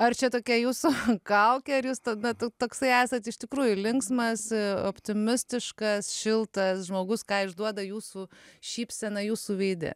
ar čia tokia jūsų kaukė ar jūs tuo metu toksai esat iš tikrųjų linksmas optimistiškas šiltas žmogus ką išduoda jūsų šypsena jūsų veide